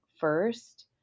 first